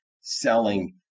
selling